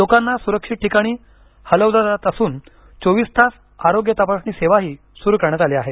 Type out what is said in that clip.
लोकांना सुरक्षित ठिकाणी हलवलं जात असून चोवीस तास आरोग्य तपासणी सेवा सुरु करण्यात आली आहे